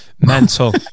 mental